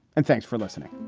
and thanks for listening